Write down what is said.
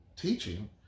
teaching